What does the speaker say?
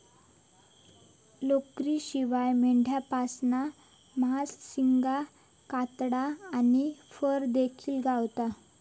लोकरीशिवाय मेंढ्यांपासना मांस, शिंगा, कातडा आणि फर देखिल गावता